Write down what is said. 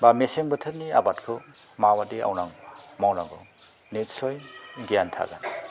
बा मेसें बोथोरनि आबादखौ माबायदि आवनांगौ मावनांगौ नितसय गियान थागोन